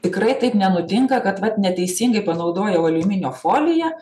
tikrai taip nenutinka kad vat neteisingai panaudojau aliuminio foliją